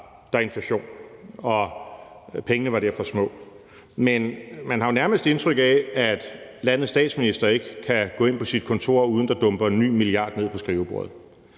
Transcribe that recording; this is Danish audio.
var der inflation, og pengene var derfor små, men man har jo nærmest indtryk af, at landets statsminister ikke kan gå ind på sit kontor, uden at der dumper en ny milliard ned på skrivebordet.